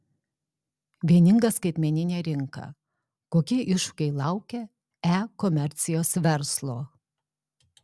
vieninga skaitmeninė rinka kokie iššūkiai laukia e komercijos verslo